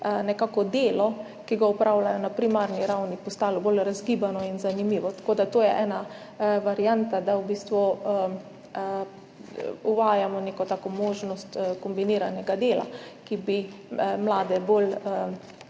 nekako delo, ki ga opravljajo na primarni ravni, postalo bolj razgibano in zanimivo. Tako da to je ena varianta, da v bistvu uvajamo neko tako možnost kombiniranega dela, ki bi mlade bolj